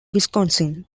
wisconsin